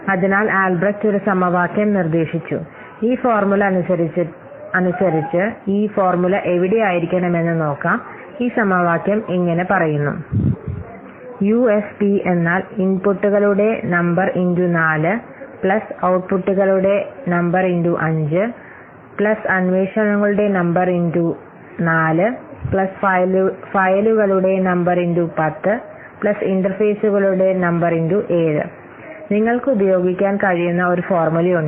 അതിനാൽ ആൽബ്രെക്റ്റ് ഒരു സമവാക്യം നിർദ്ദേശിച്ചു ഈ ഫോർമുല അനുസരിച്ച് ഈ ഫോർമുല എവിടെയായിരിക്കണമെന്ന് നോക്കാം ഈ സമവാക്യം ഇങ്ങനെ പറയുന്നു യുഎഫ്പി ഇൻപുട്ടുകൾ 4 ഔട്ട്പുട്ടുകൾ 5 അന്വേഷണങ്ങൾ 4 ഫയലുകൾ 10 ഇന്റർഫേസുകൾ 7 നിങ്ങൾക്ക് ഉപയോഗിക്കാൻ കഴിയുന്ന ഒരു ഫോർമുലയുണ്ട്